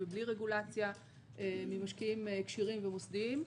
ובלי רגולציה ממשקיעים כשירים ומוסדיים.